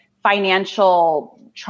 financial